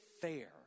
fair